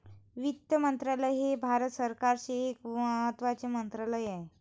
वित्त मंत्रालय हे भारत सरकारचे एक महत्त्वाचे मंत्रालय आहे